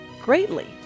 greatly